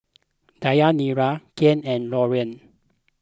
Deyanira Kael and Lauren